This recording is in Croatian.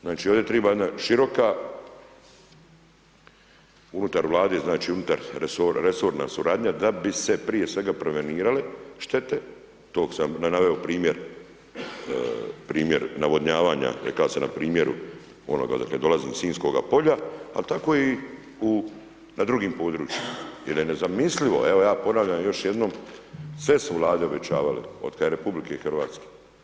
Znači ovdje treba jedna široka unutar Vlade, znači unutar resorna suradnja da bi se prije svega prevenirale štete, tog sam naveo primjer navodnjavanja, rekao sam na primjer onoga odakle dolazim iz Sinjskoga polja a tako i na drugim područjima jer je nezamislivo, evo ja ponavljam još jednom, sve su Vlade obećavale otkad je RH.